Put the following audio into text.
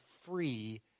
free